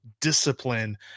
discipline